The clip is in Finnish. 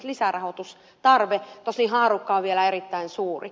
tosin haarukka on vielä erittäin suuri